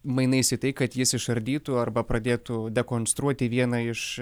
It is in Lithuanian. mainais į tai kad jis išardytų arba pradėtų dekonstruoti vieną iš